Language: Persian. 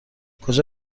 کجا